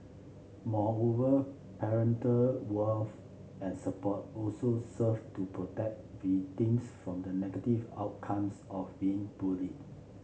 moreover parental warmth and support also serve to protect victims from the negative outcomes of being bullied